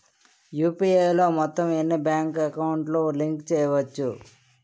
UPI లో మొత్తం ఎన్ని బ్యాంక్ అకౌంట్ లు లింక్ చేయచ్చు?